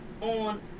on